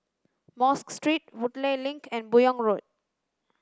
Mosque Street Woodleigh Link and Buyong Road